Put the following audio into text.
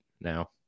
now